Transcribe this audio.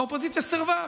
והאופוזיציה סירבה,